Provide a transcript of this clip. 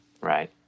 Right